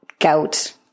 gout